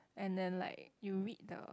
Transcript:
and then like you read the